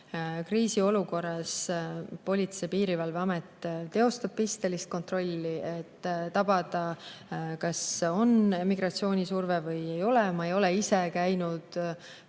Kriisiolukorras Politsei- ja Piirivalveamet teostab pistelist kontrolli, et hinnata, kas on migratsioonisurve või ei ole. Ma ei ole ise käinud